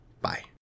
Bye